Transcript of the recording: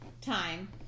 time